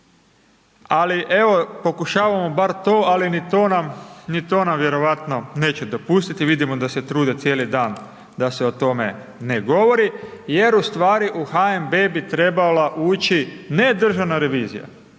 ali evo pokušavamo bar to, ali ni to nam, ni to nam vjerojatno neće dopustiti, vidimo da se trude cijeli dan da se o tome ne govori jer u stvari u HNB bi trebala ući, ne Državna revizija,